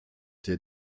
der